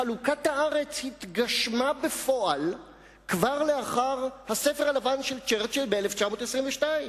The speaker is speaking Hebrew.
חלוקת הארץ התגשמה בפועל כבר לאחר הספר הלבן של צ'רצ'יל ב-1922.